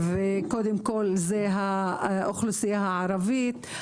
האוכלוסייה הערבית,